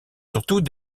surtout